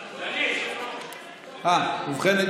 ובכן,